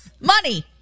Money